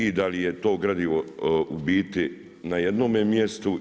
I da li je to gradivo u biti na jednome mjestu.